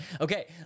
Okay